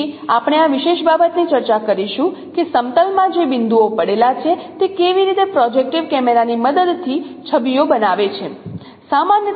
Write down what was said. તેથી આપણે આ વિશેષ બાબતની ચર્ચા કરીશું કે સમતલમાં જે બિંદુઓ પડેલા છે તે કેવી રીતે પ્રોજેક્ટીવ કેમેરાની મદદથી છબીઓ બનાવે છે